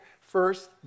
First